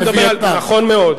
מווייטנאם.